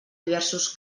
diversos